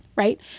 right